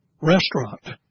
restaurant